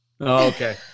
Okay